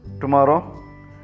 Tomorrow